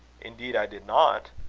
indeed, i did not.